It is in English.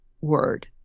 word